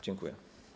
Dziękuję.